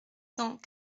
cent